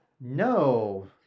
No